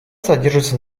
содержится